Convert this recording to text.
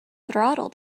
throttle